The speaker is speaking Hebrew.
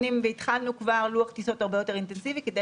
התחלנו כבר לוח טיסות הרבה יותר אינטנסיבי כדי